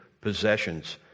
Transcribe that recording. possessions